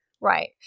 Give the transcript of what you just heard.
right